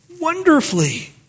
wonderfully